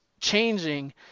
changing